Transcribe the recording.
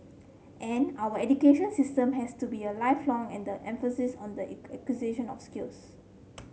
and our education system has to be a lifelong and the emphasis on the acquisition of skills